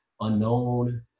Unknown